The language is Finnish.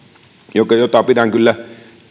jota pidän kyllä